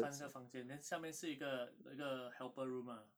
三个房间 then 下面是一个一个 helper room ah